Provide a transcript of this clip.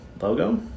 logo